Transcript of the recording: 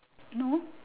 no